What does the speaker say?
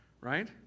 Right